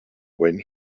when